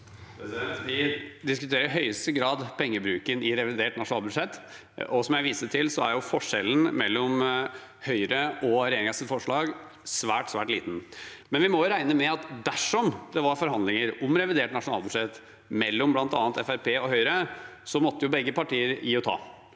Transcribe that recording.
Vi diskuterer i høyeste grad pengebruken i revidert nasjonalbudsjett. Som jeg viste til, er forskjellen mellom Høyre og regjeringens forslag svært, svært liten. Vi må likevel regne med at dersom det var forhandlinger om revidert nasjonalbudsjett mellom bl.a. Fremskrittspartiet og Høyre, måtte begge partier gi og ta.